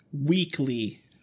weekly